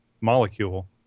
molecule